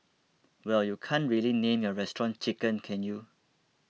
well you can't really name your restaurant chicken can you